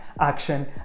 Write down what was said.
action